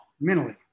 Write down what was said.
mentally